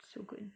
so good